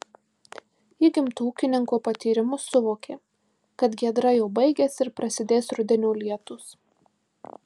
įgimtu ūkininko patyrimu suvokė kad giedra jau baigiasi ir prasidės rudenio lietūs